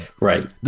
right